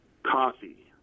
Coffee